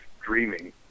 dreaming